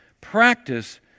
practice